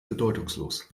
bedeutungslos